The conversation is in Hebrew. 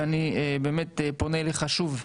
ואני פונה אליך שוב,